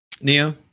Neo